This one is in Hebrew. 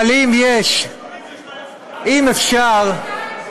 אבל אם יש, אם אפשר, היום,